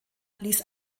ließ